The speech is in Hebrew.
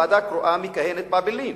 ועדה קרואה שמכהנת באעבלין.